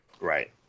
right